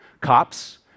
Cops